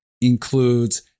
includes